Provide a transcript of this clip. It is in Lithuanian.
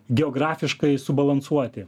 geografiškai subalansuoti